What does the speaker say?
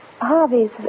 Harvey's